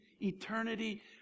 eternity